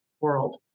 world